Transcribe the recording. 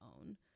own